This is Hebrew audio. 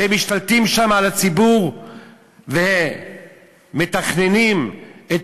והם משתלטים שם על הציבור ומתכננים את